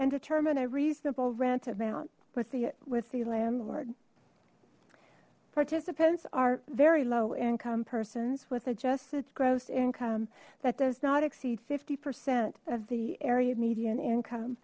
and determine a reasonable rent amount with the with the landlord participants are very low income persons with adjusted gross income that does not exceed fifty percent of the area median income